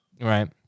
Right